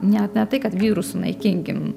ne ne tai kad vyrus sunaikinkim